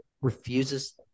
refuses